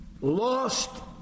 lost